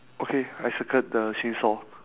okay I circled the chainsaw